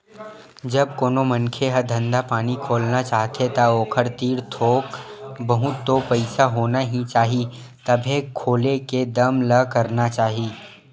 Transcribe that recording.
जब कोनो मनखे ह धंधा पानी खोलना चाहथे ता ओखर तीर थोक बहुत तो पइसा होना ही चाही तभे खोले के दम ल करना चाही